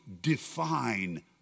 define